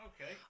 Okay